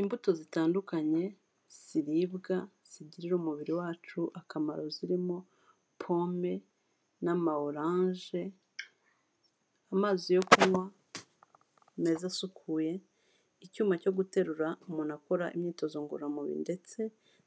Imbuto zitandukanye ziribwa zigirira umubiri wacu akamaro, zirimo pome n'ama oranje, amazi yo kunywa meza asukuye, icyuma cyo guterura umuntu akora imyitozo ngororamubiri ndetse